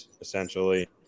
essentially